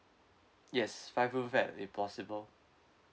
yes five room flat if possible